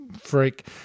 freak